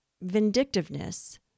vindictiveness